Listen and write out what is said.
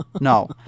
no